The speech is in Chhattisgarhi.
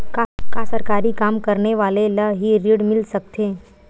का सरकारी काम करने वाले ल हि ऋण मिल सकथे?